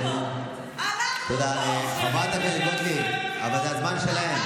תפזרי את הממשלה,